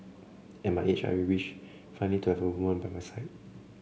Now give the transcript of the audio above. at my age I wish finally to have a woman by my side